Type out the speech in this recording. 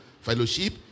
fellowship